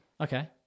Okay